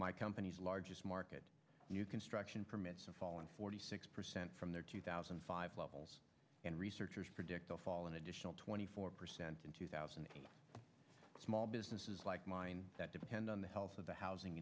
my company's largest market new construction permits falling forty six percent from their two thousand and five levels and researchers predict they'll fall an additional twenty four percent in two thousand and eight small businesses like mine that depend on the health of the housing